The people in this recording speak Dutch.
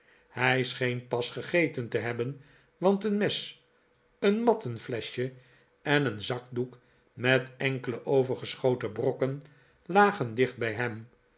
hij scheen pas gegeten te hebben want een mes een matten fieschje en een zakdoek met enkele overgeschoten brokken lagen dicht bij hem